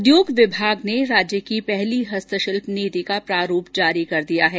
उद्योग विभाग ने राज्य की पहली हस्तशिल्प नीति का प्रारूप जारी कर दिया है